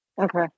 Okay